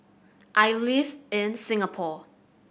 I live in Singapore